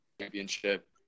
championship